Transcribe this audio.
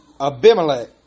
Abimelech